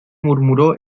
murmuró